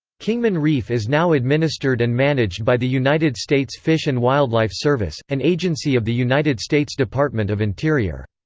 kingman reef is now administered and managed by the united states fish and wildlife service, an agency of the united states department of interior.